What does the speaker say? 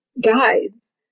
Guides